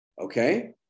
Okay